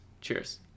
Cheers